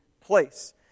place